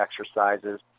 exercises